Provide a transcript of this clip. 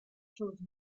chose